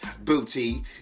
booty